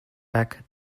back